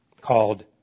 called